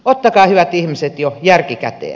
ottakaa hyvät ihmiset jo järki käteen